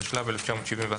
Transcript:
התשל"ב 1971,